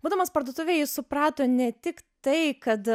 būdamas parduotuvėj jis suprato ne tik tai kad